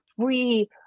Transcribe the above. free